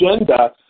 agenda